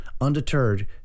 Undeterred